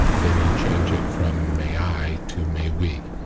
then you change it from may i to may we.